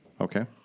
Okay